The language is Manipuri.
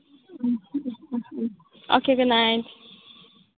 um um um um okay good night